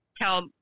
tell